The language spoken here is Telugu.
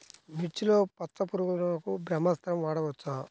మిర్చిలో పచ్చ పురుగునకు బ్రహ్మాస్త్రం వాడవచ్చా?